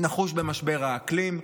נחוש במשבר האקלים.